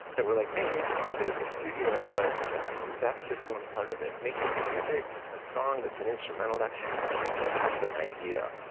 they were like, man, you're talented in the studio, but dude that's just one part of it. making the music, a song that's an instrumental, that's half a song, that's half an idea.